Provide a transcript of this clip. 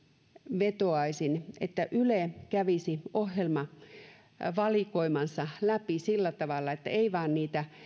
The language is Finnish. vetoaisin että yle kävisi ohjelmavalikoimansa läpi sillä tavalla että ei vain niitä